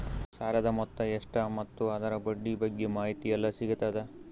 ಸಾಲದ ಮೊತ್ತ ಎಷ್ಟ ಮತ್ತು ಅದರ ಬಡ್ಡಿ ಬಗ್ಗೆ ಮಾಹಿತಿ ಎಲ್ಲ ಸಿಗತದ?